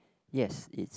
yes it's